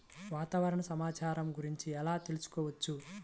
వాతావరణ సమాచారము గురించి ఎలా తెలుకుసుకోవచ్చు?